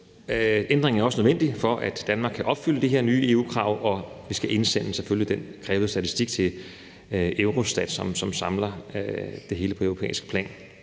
Ændringen er også nødvendig for, at Danmark kan opfylde det her nye EU-krav, og vi skal selvfølgelig indsende den krævede statistik til Eurostat, som samler det hele på europæisk plan.